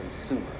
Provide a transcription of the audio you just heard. consumer